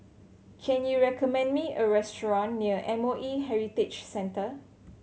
can you recommend me a restaurant near M O E Heritage Centre